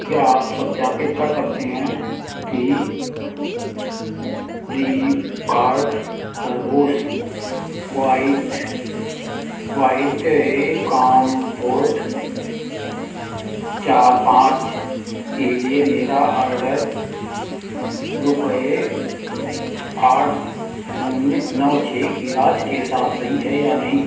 क्या आप सत्यापित कर सकते हैं कि प्लीपकार्ट पर बोस क्वाइट क्वाइटकम्फर्ट चार पाँच के लिए मेरा ऑर्डर रुपये आठ शून्य नौ छः की राशि के साथ सही है या नहीं